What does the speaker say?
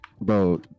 Bro